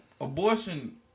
abortion